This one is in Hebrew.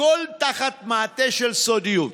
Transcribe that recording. הכול תחת מעטה של סודיות.